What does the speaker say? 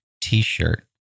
T-shirt